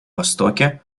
востоке